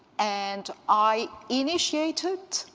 and i initiated,